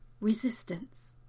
resistance